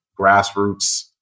grassroots